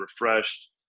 refreshed